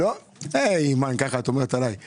מה יקרה אם אנחנו לא מאשרים?